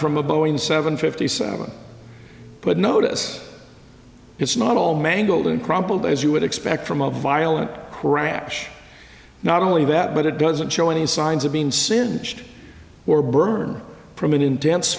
from a boeing seven fifty seven but notice it's not all mangled and crumpled as you would expect from a violent crash not only that but it doesn't show any signs of being singed or burn